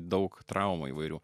daug traumų įvairių